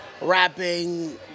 rapping